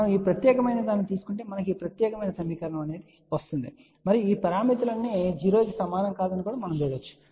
మనము ఈ ప్రత్యేకమైనదాన్ని తీసుకుంటే మనకు ఈ ప్రత్యేకమైన సమీకరణం లభిస్తుంది మరియు ఈ పారామితులన్నీ 0 కి సమానం కాదని మీరు చూడవచ్చు